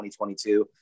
2022